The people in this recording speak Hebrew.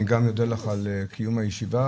אני גם אודה לך על קיום הישיבה.